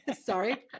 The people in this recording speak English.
sorry